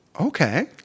Okay